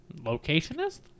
locationist